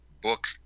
book